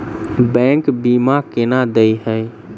Bank बीमा केना देय है?